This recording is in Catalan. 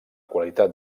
qualitat